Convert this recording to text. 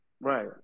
Right